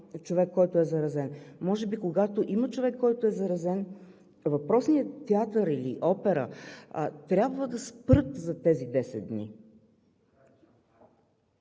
човек. Може би когато има човек, който е заразен, въпросният театър или опера трябва да спре за тези 10 дни.